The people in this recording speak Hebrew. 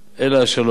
אלא השלום.